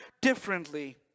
differently